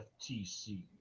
FTC